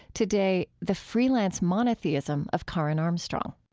today, the freelance monotheism of karen armstrong.